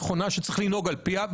נכונה שצריך לנהוג על-פיה,